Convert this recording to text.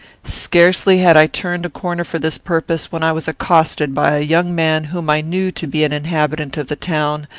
scarcely had i turned a corner for this purpose when i was accosted by a young man whom i knew to be an inhabitant of the town,